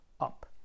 up